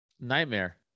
Nightmare